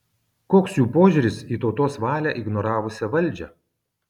koks jų požiūris į tautos valią ignoravusią valdžią